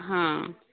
ହଁ